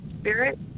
spirit